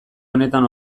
honetan